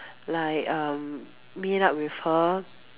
like um meet up with her